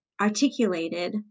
articulated